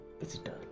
visitor